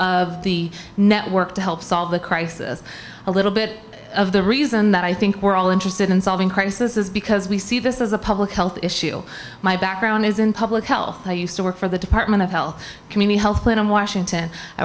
of the network to help solve the crisis a little bit of the reason that i think we're all interested in solving crisis is because we see this as a public health issue my background is in public health i used to work for the department of health community health and washington i